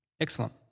excellent